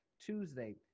Tuesday